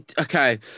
okay